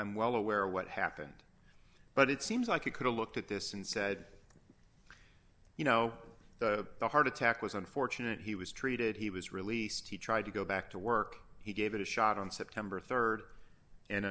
well aware what happened but it seems like it could have looked at this and said you know the heart attack was unfortunate he was treated he was released he tried to go back to work he gave it a shot on september rd and